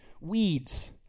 weeds